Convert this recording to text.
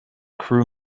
crew